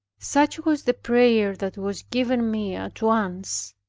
such was the prayer that was given me at once,